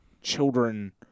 children